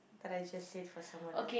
but I just say for someone else